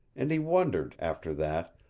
and he wondered, after that,